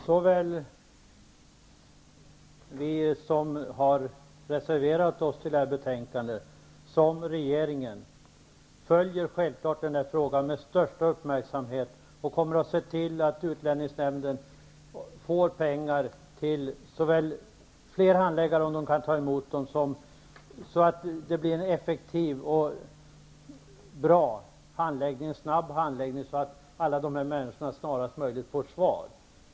Såväl vi som har reserverat oss till detta betänkande som regeringen följer självklart denna fråga med största uppmärksamhet och kommer att se till att utlänningsnämnden får pengar till fler handläggare, om de kan ta emot dem, så att det blir en effektiv, bra och snabb handläggning, så att alla dessa människor snarast möjligt får svar.